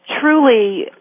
truly